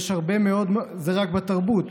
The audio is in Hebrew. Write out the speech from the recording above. זה רק בתרבות.